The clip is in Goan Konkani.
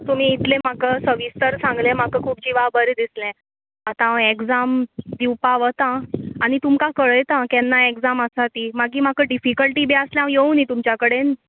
तुमी इतलें म्हाका सविस्तर सांगलें म्हाका खूब जिवाक बरें दिसलें आतां हांव ऍक्झाम दिवपा वता आनी तुमकां कळयता हांव केन्ना ऍक्झाम आसा ती मागी म्हाका डिफीकल्टी बी आसल्यार हांव येवूं न्ही तुमच्या कडेन